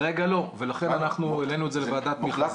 כרגע לא, ולכן אנחנו העלינו את זה לוועדת מכרזים.